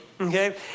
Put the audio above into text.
okay